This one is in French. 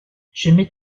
j’aimai